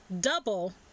double